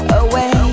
away